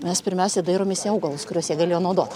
mes pirmiausia dairomės į augalus kuriuos jie galėjo naudot